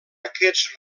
aquests